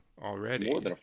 already